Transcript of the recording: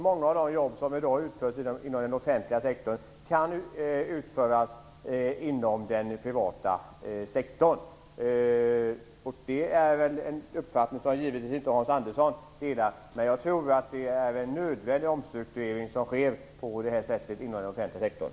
Många av de jobb som i dag utförs inom den offentliga sektorn kan utföras inom den privata sektorn. Det är väl en uppfattning som givetvis inte Hans Andersson delar. Men jag tror att det är en nödvändig omstrukturering som på det här sättet sker inom den offentliga sektorn.